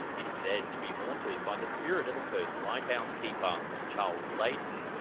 it's said to be haunted by the spirit of the first lighthouse keeper, charles layton,